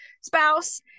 spouse